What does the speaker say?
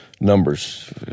numbers